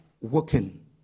working